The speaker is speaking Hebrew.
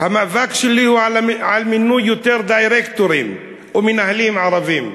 המאבק שלי הוא על מינוי יותר דירקטורים ומנהלים ערבים,